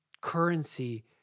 currency